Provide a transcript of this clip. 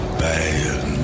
bad